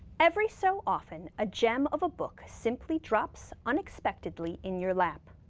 every so often a gem of a book simply drops unexpectedly in your lap.